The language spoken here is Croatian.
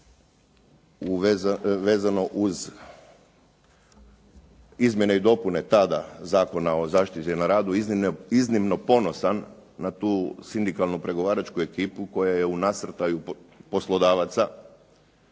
vezano uz izmjene i dopune tada Zakona o zaštiti na radu iznimno ponosan na tu sindikalnu pregovaračku ekipu koja je u nasrtaju poslodavaca